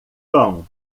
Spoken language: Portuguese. cão